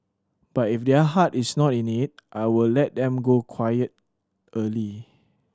but if their heart is not in it I will let them go quiet early